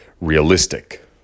realistic